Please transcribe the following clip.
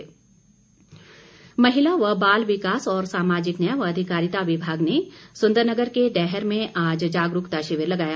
शिविर महिला व बाल विकास और सामाजिक न्याय व अधिकारिता विभाग ने सुंदरनगर के डैहर में आज जागरूकता शिविर लगाया